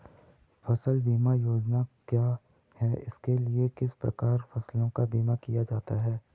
फ़सल बीमा योजना क्या है इसके लिए किस प्रकार फसलों का बीमा किया जाता है?